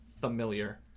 familiar